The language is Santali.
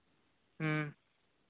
ᱦᱳᱭ